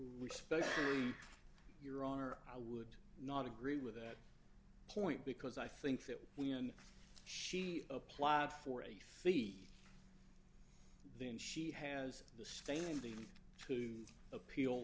respect your honor i would not agree with that point because i think that when she applied for a fee then she has the standing to appeal